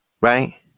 Right